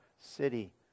city